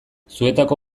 zuetako